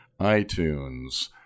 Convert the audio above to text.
iTunes